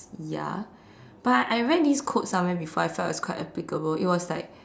ya but I read this quote somewhere before I felt it's quite applicable it was like